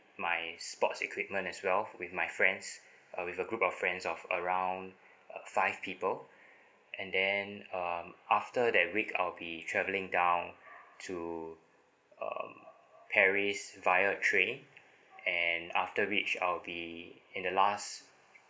my sports equipment as well with my friends uh with a group of friends of around uh five people and then um after that week I'll be travelling down to um paris via a train and after reached I'll be in the last